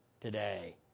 today